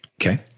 okay